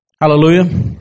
Hallelujah